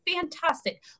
Fantastic